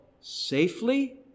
safely